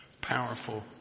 Powerful